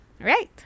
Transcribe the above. right